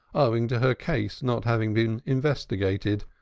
owing to her case not having been investigated,